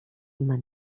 immer